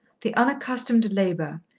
the unaccustomed labour,